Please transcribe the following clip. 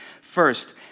First